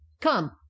come